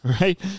Right